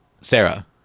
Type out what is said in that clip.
Sarah